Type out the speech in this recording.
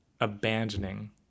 abandoning